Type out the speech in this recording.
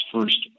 first